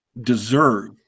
deserve